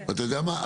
ואתה יודע מה?